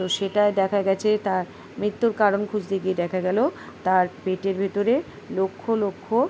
তো সেটায় দেখা গেছে তার মৃত্যুর কারণ খুঁজতে গিয়ে দেখা গেল তার পেটের ভেতরে লক্ষ লক্ষ